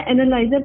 analyzer